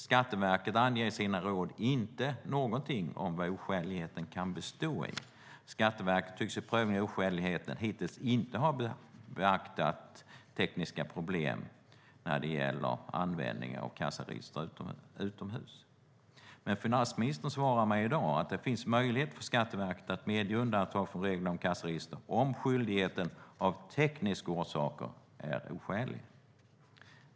Skatteverket anger i sina råd inte något om vad oskäligheten kan bestå i. Skatteverket tycks i prövningen av oskälighet hittills inte ha beaktat tekniska problem när det gäller användning av kassaregister utomhus. Finansministern svarar mig i dag att det finns möjlighet för Skatteverket att medge undantag från reglerna om kassaregister om skyldigheten av tekniska orsaker är oskälig.